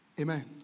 Amen